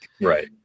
Right